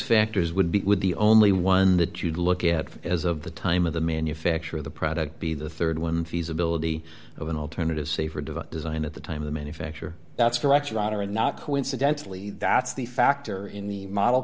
factors would be the only one that you'd look at as of the time of the manufacture of the product be the rd one feasibility of an alternative say for divine design at the time of the manufacture that's correct your honor and not coincidentally that's the factor in the model